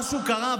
משהו קרה,